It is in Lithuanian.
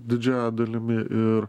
didžiąja dalimi ir